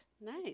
Nice